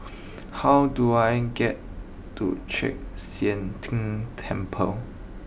how do I get to Chek Sian Tng Temple